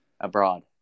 Abroad